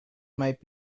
might